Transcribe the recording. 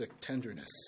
tenderness